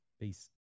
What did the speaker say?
Peace